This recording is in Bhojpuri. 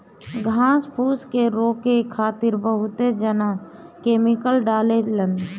घास फूस के रोके खातिर बहुत जना केमिकल डालें लन